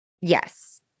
Yes